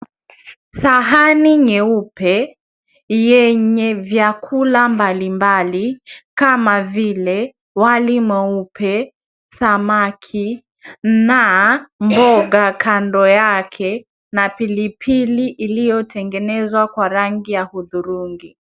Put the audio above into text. Sahani nyeupe yenye vyakula mbalimbali kama vile wali mweupe, samaki na mboga kando yake na pilipili iliyotengenezwa kwa rangi ya hudhurungi.